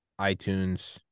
iTunes